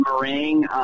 meringue